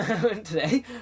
today